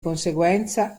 conseguenza